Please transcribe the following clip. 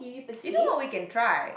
you know what we can try